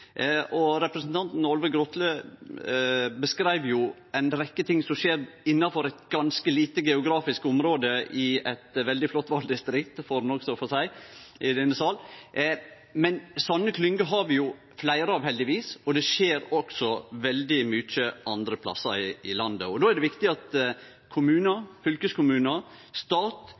Representanten Olve Grotle beskreiv ei rekkje ting som skjer innanfor eit ganske lite geografisk område i eit veldig flott valdistrikt – det må ein også få seie i denne sal – men slike klyngar har vi heldigvis fleire av, og det skjer også veldig mykje andre plassar i landet. Då er det viktig at kommunar, fylkeskommunar og stat